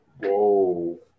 Whoa